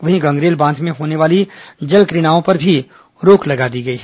वहीं गंगरेल बांध में होने वाली जल क्रीडाओं पर भी रोक लगा दी गई है